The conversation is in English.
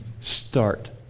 start